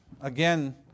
again